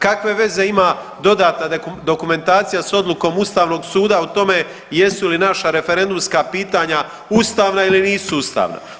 Kakve veze ima dodatna dokumentacija sa odlukom Ustavnog suda o tome jesu li naša referendumska pitanja ustavna ili nisu ustavna?